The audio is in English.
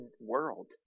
world